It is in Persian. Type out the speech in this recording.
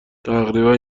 تقریبا